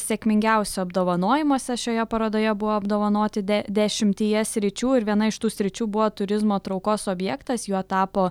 sėkmingiausių apdovanojimuose šioje parodoje buvo apdovanoti de dešimtyje sričių ir viena iš tų sričių buvo turizmo traukos objektas juo tapo